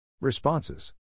Responses